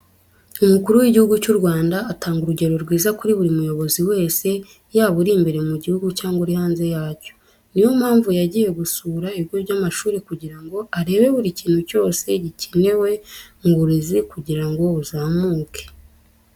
Umukuru w'Igihugu cy'u Rwanda atanga urugero rwiza kuri buri muyobozi wese yaba uri imbere mu gihugu cyangwa uri hanze yacyo. Ni yo mpamvu yagiye gusura ibigo by'amashuri kugira ngo arebe buri kintu cyose gikenewe mu burezi kugira ngo buzamuke.